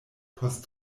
post